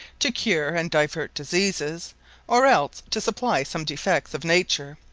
to cure, and divert diseases or else to supply some defects of nature,